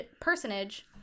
Personage